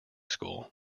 school